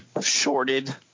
shorted